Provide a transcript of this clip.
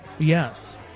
Yes